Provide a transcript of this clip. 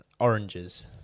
oranges